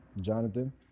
jonathan